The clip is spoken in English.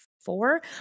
four